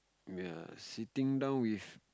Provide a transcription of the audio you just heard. ya sitting down with